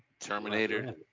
Terminator